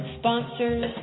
sponsors